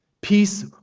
Peace